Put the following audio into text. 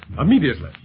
immediately